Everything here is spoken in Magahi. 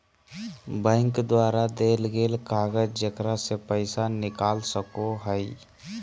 बैंक द्वारा देल गेल कागज जेकरा से पैसा निकाल सको हइ